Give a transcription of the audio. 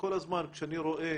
כל הזמן כשאני רואה